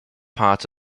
part